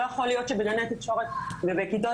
לא יכול להיות שבגני תקשורת ובכיתות